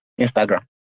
Instagram